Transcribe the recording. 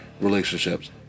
relationships